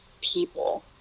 people